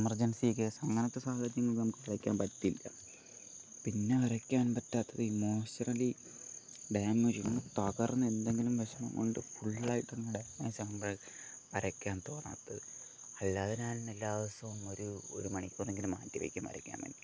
emergency case അങ്ങനത്തെ സാഹചര്യങ്ങൾ നമുക്ക് വരയ്ക്കാൻ പറ്റില്ല പിന്നെ വരയ്ക്കാൻ പറ്റാത്തത് ഇമോഷണലി ഡാമേജും തകർന്ന് എന്തെങ്കിലും വിഷമം കൊണ്ട് ഫുള്ളായിട്ട് ഡാമേജ് ആകുമ്പഴ് വരയ്ക്കാൻ തോന്നാത്തത് അല്ലാതെ ഞാൻ എല്ലാ ദിവസവും ഒരു ഒരുമണിക്കൂർ എങ്കിലും മാറ്റിവെക്കും വരക്കാൻ വേണ്ടി